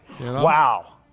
Wow